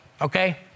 Okay